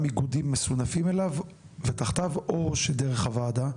איגודים מסונפים אליו ותחתיו או שדרך הוועדה?